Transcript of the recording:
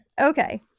Okay